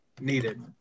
needed